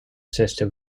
system